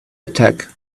attack